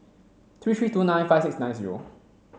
three three two nine five six nine zero